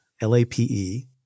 L-A-P-E